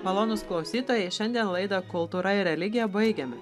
malonūs klausytojai šiandien laidą kultūra ir religija baigiame